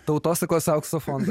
tautosakos aukso fondui